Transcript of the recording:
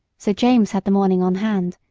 so james had the morning on hand,